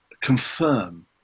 confirm